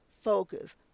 focus